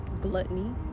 gluttony